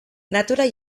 natura